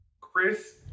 Chris